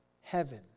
heaven